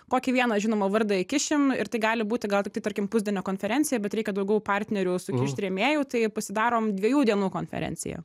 kokį vieną žinomą vardą įkišim ir tai gali būti gal tiktai tarkim pusdienio konferencija bet reikia daugiau partnerių sukišt rėmėjų tai pasidarom dviejų dienų konferenciją